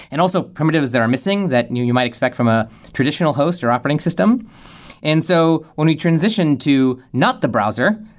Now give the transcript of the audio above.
and also primitives that are missing that you you might expect from a traditional host, or operating system and so when we transition to not the browser,